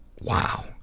Wow